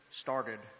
started